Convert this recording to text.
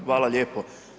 Hvala lijepo.